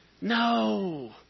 No